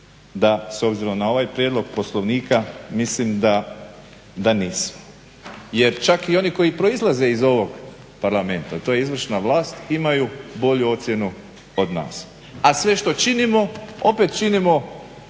da s obzirom na ovaj prijedlog Poslovnika mislim da nismo, jer čak i oni koji proizlaze iz ovog Parlamenta, a to je izvršna vlast imaju bolju ocjenu od nas, a sve što činimo opet činimo